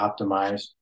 optimized